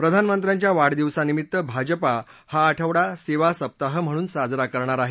प्रधानमंत्र्यांच्या वाढदिवसानिमित्त भाजपा हा आठवडा सेवा सप्ताह म्हणून साजरा करणार आहे